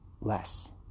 less